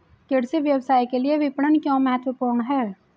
कृषि व्यवसाय के लिए विपणन क्यों महत्वपूर्ण है?